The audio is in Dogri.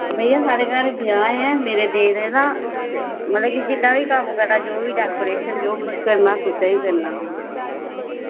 भइया साढ़े घर ब्याह् ऐ मेरे देरै दा मतलब जिन्ना बी कम्म मतलब जो बी डेकोरेशन करना तुसें ई करना